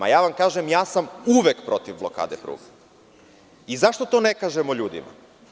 Ja vam kažem, ja sam uvek protiv blokade pruga i zašto to ne kažemo ljudima?